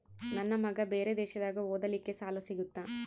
ನನ್ನ ಮಗ ಬೇರೆ ದೇಶದಾಗ ಓದಲಿಕ್ಕೆ ಸಾಲ ಸಿಗುತ್ತಾ?